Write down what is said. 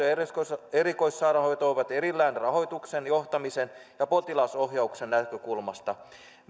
ja erikoissairaanhoito ovat erillään rahoituksen johtamisen ja potilasohjauksen näkökulmasta